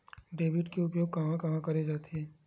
Debit के उपयोग कहां कहा करे जाथे?